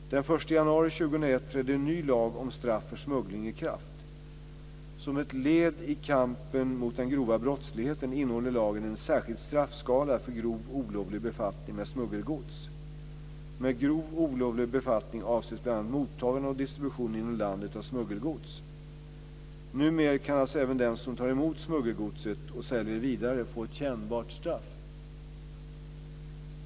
Den 1 januari 2001 trädde en ny lag om straff för smuggling i kraft. Som ett led i kampen mot den grova brottsligheten innehåller lagen en särskild straffskala för grov olovlig befattning med smuggelgods. Med grov olovlig befattning avses bl.a. mottagande och distribution inom landet av smuggelgods. Numer kan alltså även den som tar emot smuggelgodset och säljer det vidare få ett kännbart straff.